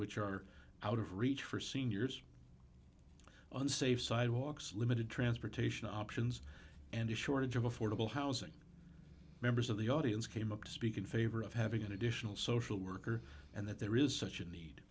which are out of reach for seniors unsafe sidewalks limited transportation options and a shortage of affordable housing members of the audience came up to speak in favor of having an additional social worker and that there is such a ne